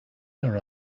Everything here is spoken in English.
her